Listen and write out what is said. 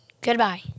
Goodbye